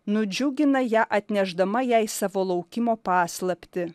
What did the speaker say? nudžiugina ją atnešdama jai savo laukimo paslaptį